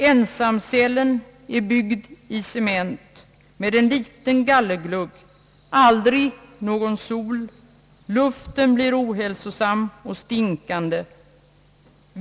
Ensamceellen är byggd i cement, med en liten gallerglugg, aldrig någon sol, luften bli ohälsosam och stinkande...